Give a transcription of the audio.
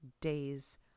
day's